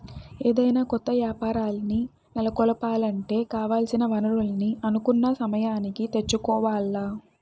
ఏదైనా కొత్త యాపారాల్ని నెలకొలపాలంటే కావాల్సిన వనరుల్ని అనుకున్న సమయానికి తెచ్చుకోవాల్ల